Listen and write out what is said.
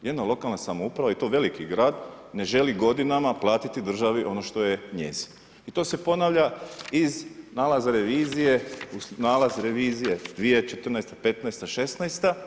Jedna lokalna samouprava i to veliki grad ne želi godinama platiti državi ono što njezino i to se ponavlja iz nalaza revizije, nalaz revizije 2014., '15., '16.